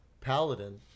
paladin